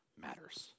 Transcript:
matters